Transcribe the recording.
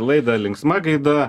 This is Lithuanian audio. laidą linksma gaida